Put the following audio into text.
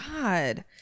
God